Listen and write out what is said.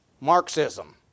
Marxism